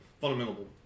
fundamental